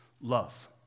love